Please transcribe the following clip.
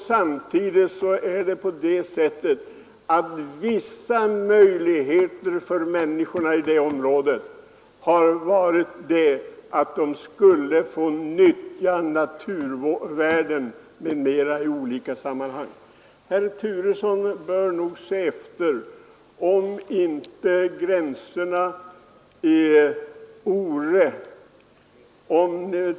Samtidigt har det gällt för människorna i det området att de skulle få nyttja naturvärden m.m. i olika sammanhang. Herr Turesson bör nog se på gränserna i Ore.